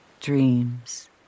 Dreams